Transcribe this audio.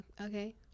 okay